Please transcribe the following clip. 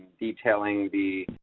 detailing the